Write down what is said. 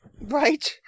Right